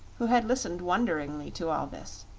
who had listened wonderingly to all this.